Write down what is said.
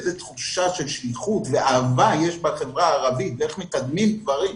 ואיזו תחושה של שליחות ואהבה יש בחברה הערבית ואיך מקדמים דברים.